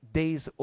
days